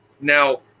now